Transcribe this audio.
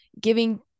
giving